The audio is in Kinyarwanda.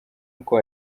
uko